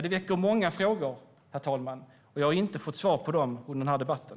Det väcker många frågor, herr talman, och jag har inte fått svar på dem under den här debatten.